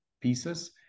pieces